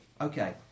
Okay